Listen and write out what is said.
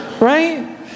right